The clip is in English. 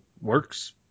works